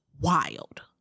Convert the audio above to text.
wild